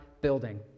building